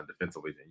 defensively